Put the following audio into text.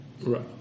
Right